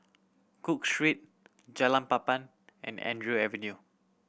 Cook Street Jalan Papan and Andrew Avenue